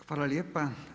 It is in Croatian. Hvala lijepa.